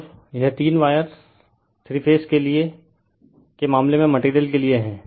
और यह तीन वायर थ्री फेज के मामले में मटेरियल के लिए है